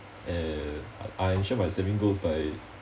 and I ensure my savings goes by